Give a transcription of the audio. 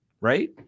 Right